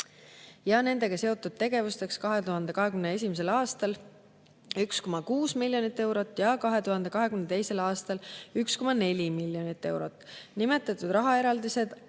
ja nendega seotud tegevusteks 2021. aastal 1,6 miljonit eurot ja 2022. aastal 1,4 miljonit eurot. Nimetatud rahaeraldised